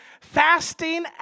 Fasting